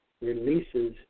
releases